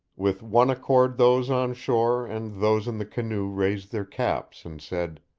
with one accord those on shore and those in the canoe raised their caps and said,